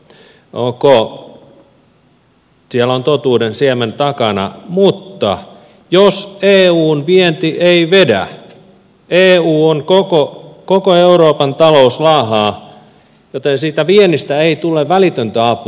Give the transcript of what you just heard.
ok siellä on totuuden siemen takana mutta jos eun vienti ei vedä koko euroopan talous laahaa siitä viennistä ei tule välitöntä apua